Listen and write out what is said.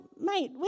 mate